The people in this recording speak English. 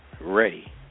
ready